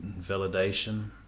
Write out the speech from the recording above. validation